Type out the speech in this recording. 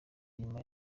y’imari